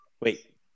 wait